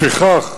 לפיכך